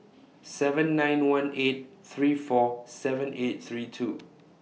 seven nine one eight three four seven eight three two